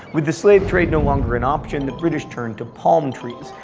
with the slave trade no longer an option, the british turned to palm trees.